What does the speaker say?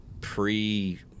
pre